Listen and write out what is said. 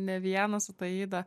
ne vieną su taida